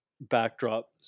backdrop